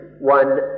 one